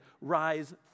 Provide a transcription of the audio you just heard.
rise